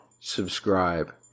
subscribe